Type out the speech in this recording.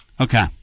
Okay